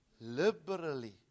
liberally